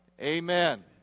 Amen